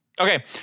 Okay